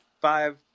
Five